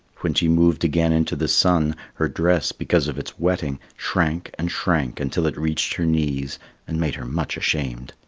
when she moved again into the sun, her dress, because of its wetting, shrank and shrank until it reached her knees and made her much ashamed.